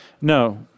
No